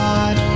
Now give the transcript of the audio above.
God